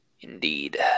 Indeed